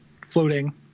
floating